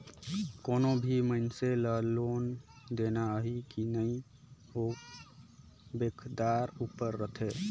कोनो भी मइनसे ल लोन देना अहे कि नई ओ बेंकदार उपर रहथे